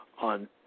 on